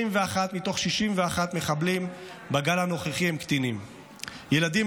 21 מתוך 61 מחבלים בגל הנוכחי הם קטינים"; "ילדים,